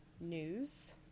news